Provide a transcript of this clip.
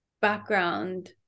background